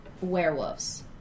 Werewolves